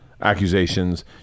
accusations